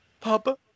Papa